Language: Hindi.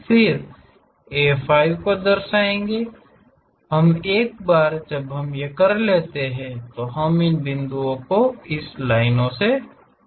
फिर A 5 को दर्शाएँगे हम एक बार जब हम कर लेते हैं तो हम इन बिंदुओं को लाइनों से जोड़ देते हैं